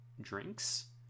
drinks